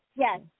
Yes